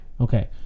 Okay